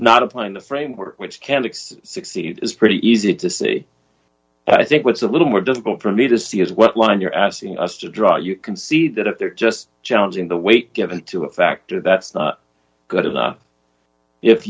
not applying the framework which candidates succeed is pretty easy to see i think with a little more difficult for me to see is what line you're asking us to draw you can see that if they're just challenging the weight given to a factor that's not good enough if